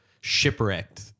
shipwrecked